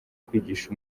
kwigisha